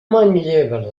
manlleva